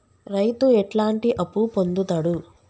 రైతు ఎట్లాంటి అప్పు పొందుతడు?